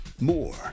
More